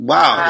Wow